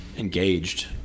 engaged